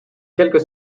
quelques